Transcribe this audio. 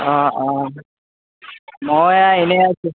অঁ অঁ মই আৰু এনেই আছোঁ